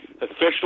Officially